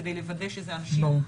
כדי לוודא שאלה אנשים --- ברור.